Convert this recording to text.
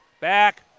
back